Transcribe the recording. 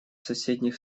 соседних